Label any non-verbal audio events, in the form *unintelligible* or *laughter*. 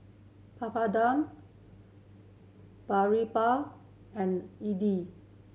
Papadum Boribap and *unintelligible*